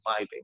vibing